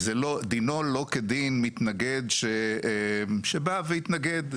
דינו לא כדין מתנגד שבא והתנגד,